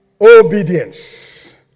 Obedience